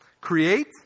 Create